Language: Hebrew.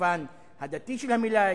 במובן הדתי של המלה.